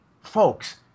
folks